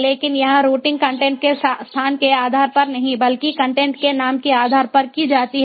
लेकिन यहां routing content के स्थान के आधार पर नहीं बल्कि कंटेंट के नाम के आधार पर की जाती है